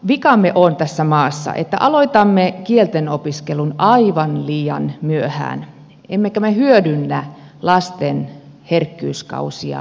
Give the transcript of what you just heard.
vikamme on tässä maassa että aloitamme kieltenopiskelun aivan liian myöhään emmekä me hyödynnä lasten herkkyyskausia kieltenopiskelussa